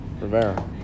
Rivera